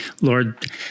Lord